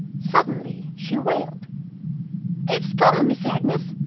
suddenly she wailed it's gone, miss agnes.